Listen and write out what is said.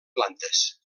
plantes